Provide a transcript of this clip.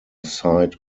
side